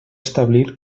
establir